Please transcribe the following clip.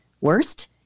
worst